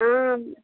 ఆ